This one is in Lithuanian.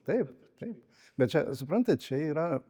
taip taip bet čia suprantat čia yra